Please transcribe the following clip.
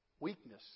Weakness